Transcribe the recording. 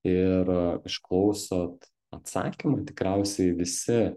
ir išklausot atsakymų ir tikriausiai visi